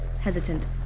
hesitant